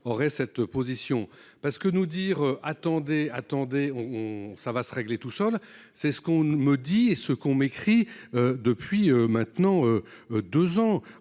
aurait cette position parce que nous dire attendez attendez on, on, ça va se régler tout seul, c'est ce qu'on me dit et ce qu'on m'écrit depuis maintenant. 2 ans